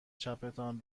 چپتان